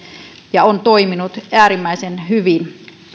ja on toiminut äärimmäisen hyvin